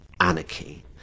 anarchy